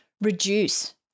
reduce